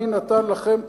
מי נתן לכם,